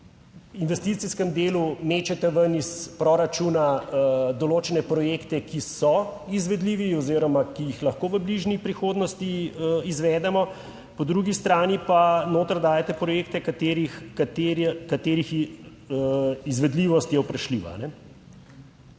investicijskem delu mečete ven iz proračuna določene projekte, ki so izvedljivi oziroma ki jih lahko v bližnji prihodnosti izvedemo, po drugi strani pa noter dajete projekte, katerih izvedljivost je vprašljiva.